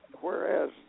Whereas